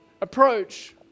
approach